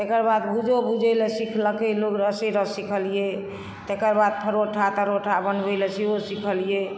तकर बाद भूजो भूजै लए सीखलेके लोग सीखलिए तेकर बाद परोठा तरोठा बनबै लए सहो सीखलियै